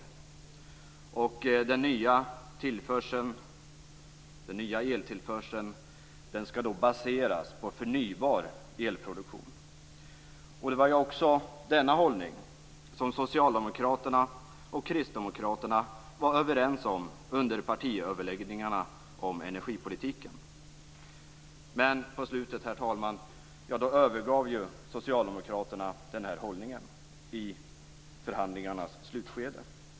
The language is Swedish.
Den nya eltillförseln skall baseras på förnybar elproduktion. Det var också denna hållning som Socialdemokraterna och Kristdemokraterna var överens om under partiöverläggningarna om energipolitiken. Men i förhandlingarnas slutskede, herr talman, övergav Socialdemokraterna den hållningen.